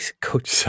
Coach